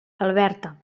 alberta